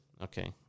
Okay